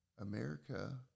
America